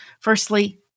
Firstly